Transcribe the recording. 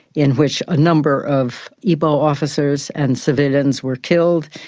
in which a number of eboh officers and civilians were killed.